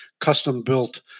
custom-built